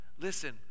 listen